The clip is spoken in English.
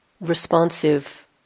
responsive